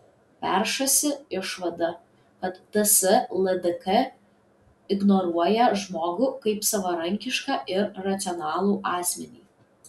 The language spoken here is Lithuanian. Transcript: peršasi išvada kad ts ldk ignoruoja žmogų kaip savarankišką ir racionalų asmenį